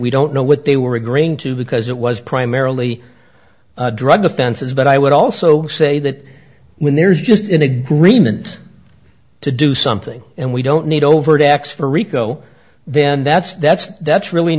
we don't know what they were agreeing to because it was primarily drug offenses but i would also say that when there's just an agreement to do something and we don't need overt acts for rico then that's that's that's really